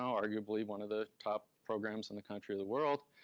arguably one of the top programs in the country or the world.